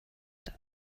das